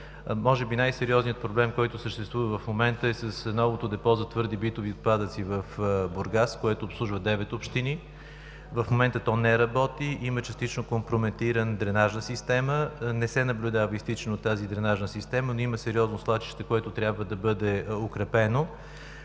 може би най-сериозният проблем, който съществува в момента е с новото депо за твърди битови отпадъци в Бургас, което обслужва девет общини. В момента то не работи. Има частично компрометирана дренажна система. Не се наблюдава изтичане от тази дренажна система, но има сериозно свлачище, което трябва да бъде укрепено.